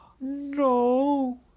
no